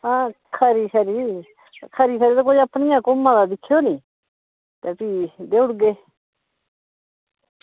आं खरी खरी खरी खरी कोई अपनी गै कौम दा दिक्खेओ नी ते भी देई ओड़गे